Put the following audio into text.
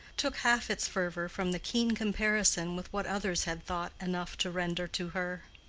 took half its fervor from the keen comparison with what others had thought enough to render to her.